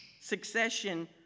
succession